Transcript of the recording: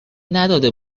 نداده